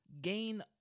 gain